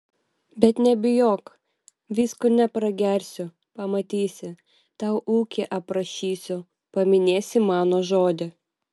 bet nebijok visko nepragersiu pamatysi tau ūkį aprašysiu paminėsi mano žodį